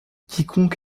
quiconque